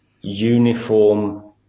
uniform